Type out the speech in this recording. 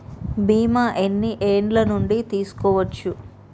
బీమా ఎన్ని ఏండ్ల నుండి తీసుకోవచ్చు?